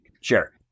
Sure